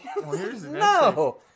no